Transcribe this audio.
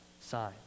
sign